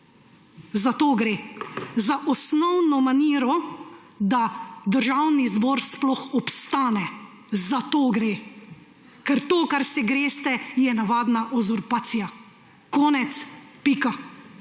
Za to gre. Za osnovno maniro, da Državni zbor sploh obstane. Za to gre. Ker to, kar se greste, je navadna uzorpacija. Konec. Pika.